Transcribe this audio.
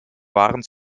waren